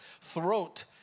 throat